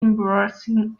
embarrassing